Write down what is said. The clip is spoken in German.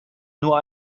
nur